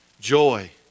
Joy